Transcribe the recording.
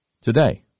Today